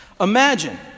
Imagine